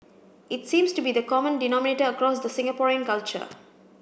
it seems to be the common denominator across the Singaporean culture